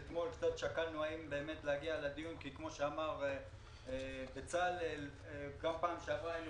שקלנו האם להגיע לדיון כי כמו שאמר בצלאל גם בפעם שעברה היינו